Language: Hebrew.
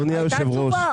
הייתה תשובה.